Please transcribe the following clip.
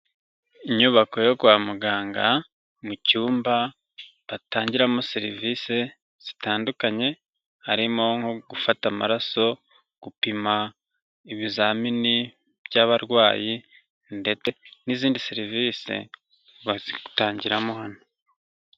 Inyubako yo kwa muganga, mu cyumba batangiramo serivisi zitandukanye, harimo nko gufata amaraso, gupima ibizamini by'abarwayi ndetse n'izindi serivisi bazitangiramo hano.